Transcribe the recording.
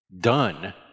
done